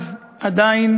אז עדיין